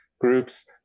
groups